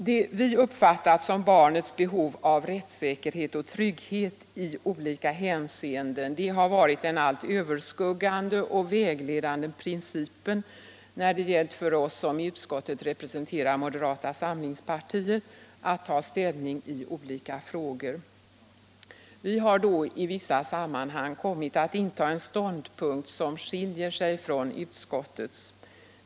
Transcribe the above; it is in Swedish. Det vi uppfattat som barnets behov av rättssäkerhet och trygghet i olika hänseenden har varit den allt överskuggande och vägledande principen när det gällt för oss som i utskottet representerar moderata samlingspartiet att ta ställning i olika frågor. Vi har då i vissa sammanhang kommit att inta en ståndpunkt som skiljer sig från utskottets.